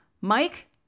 Mike